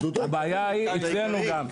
הבעיה היא גם אצלנו.